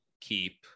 keep